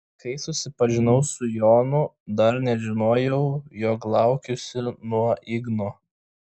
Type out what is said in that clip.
kai susipažinau su jonu dar nežinojau jog laukiuosi nuo igno